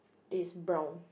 is brown